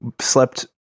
slept